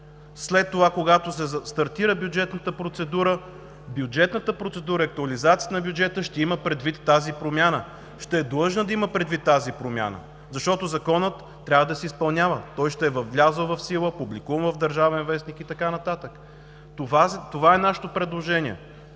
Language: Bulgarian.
След това, когато се стартира бюджетната процедура, бюджетната процедура и актуализацията на бюджета ще има предвид тази промяна, ще е длъжна да има предвид тази промяна. Защото Законът трябва да се изпълнява, той ще е влязъл в сила, публикуван в „Държавен вестник“ и така нататък. Това е нашето предложение